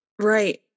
Right